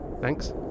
Thanks